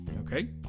okay